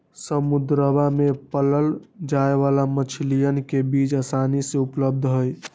समुद्रवा में पाल्ल जाये वाला मछलीयन के बीज आसानी से उपलब्ध हई